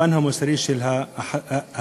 הפן המוסרי של ההצעה,